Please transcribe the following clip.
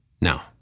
Now